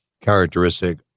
characteristic